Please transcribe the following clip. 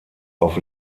auf